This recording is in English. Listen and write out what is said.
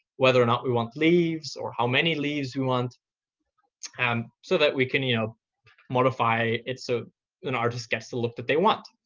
whether or not we want leaves or how many leaves we want and so that we can you know modify it so an artist gets the look that they want.